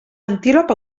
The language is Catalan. antílop